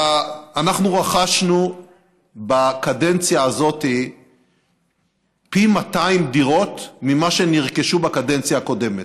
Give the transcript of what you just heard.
אנחנו רכשנו בקדנציה הזאת פי 200 דירות ממה שנרכשו בקדנציה הקודמת.